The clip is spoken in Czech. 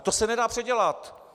To se nedá předělat.